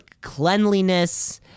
cleanliness